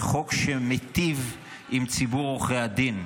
זה חוק שמיטיב עם ציבור עורכי הדין,